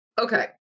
Okay